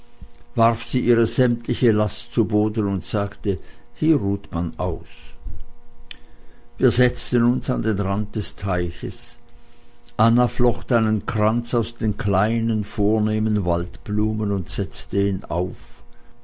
warf sie ihre sämtliche last zu boden und sagte hier ruht man aus wir setzten uns an den rand des teiches anna flocht einen kranz aus den kleinen vornehmen waldblumen und setzte ihn auf